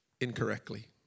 incorrectly